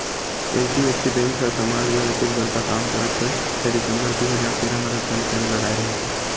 HDFC bank ह समाज बर अतेक बड़का काम करत होय छै दिसंबर दू हजार तेरा म रक्तदान कैम्प लगाय रिहिस हे